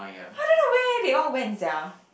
I don't know where they all went sia